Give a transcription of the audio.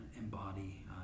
embody